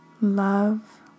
love